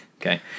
Okay